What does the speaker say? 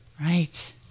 Right